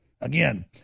Again